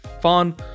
fun